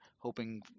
hoping